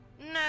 No